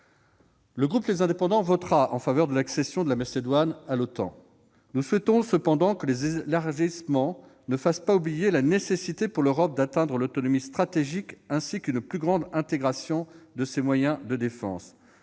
et territoires votera en faveur de l'accession de la Macédoine à l'OTAN. Nous souhaitons cependant que les élargissements ne fassent pas oublier la nécessité, pour l'Europe, d'atteindre l'autonomie stratégique, ainsi qu'une plus grande intégration de ses moyens de défense.